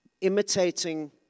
imitating